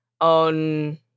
on